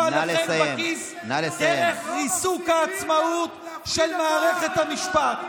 לכם בכיס דרך ריסוק העצמאות של מערכת המשפט.